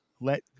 Let